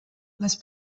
les